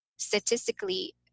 statistically